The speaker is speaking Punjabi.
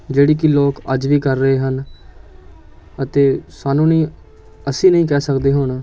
ਜਿਹੜੀ ਕੀ ਲੋਕ ਅੱਜ ਵੀ ਕਰ ਰਹੇ ਹਨ ਅਤੇ ਸਾਨੂੰ ਨਹੀਂ ਅਸੀਂ ਨਹੀਂ ਕਹਿ ਸਕਦੇ ਹੁਣ